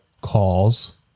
calls